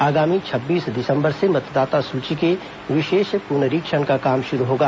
आगामी छब्बीस दिसंबर से मतदाता सूची के विशेष प्रनरीक्षण का काम शुरू होगा